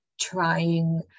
trying